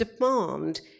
demand